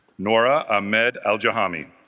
nora ahmed al juhani